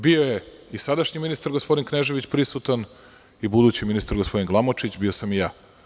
Bio je i sadašnji ministar, gospodin Knežević prisutan i budući ministar, gospodin Glamočić, bio sam i ja.